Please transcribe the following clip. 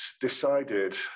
decided